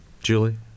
Julie